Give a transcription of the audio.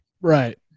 Right